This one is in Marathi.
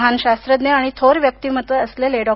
महान शास्त्रज्ञ आणि थोर व्यक्तिमत्व असलेले डॉ